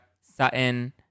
Sutton